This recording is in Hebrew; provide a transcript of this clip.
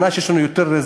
שנה שיש לנו יותר רזרבות,